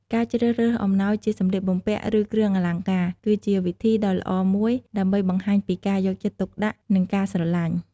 ការជ្រើសរើសអំណោយជា សម្លៀកបំពាក់ ឬ គ្រឿងអលង្ការ គឺជាវិធីដ៏ល្អមួយដើម្បីបង្ហាញពីការយកចិត្តទុកដាក់ និងការស្រឡាញ់។